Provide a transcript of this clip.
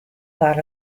thought